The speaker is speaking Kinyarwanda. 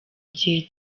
gihe